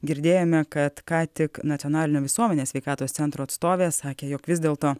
girdėjome kad ką tik nacionalinio visuomenės sveikatos centro atstovė sakė jog vis dėlto